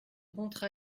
contrat